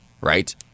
right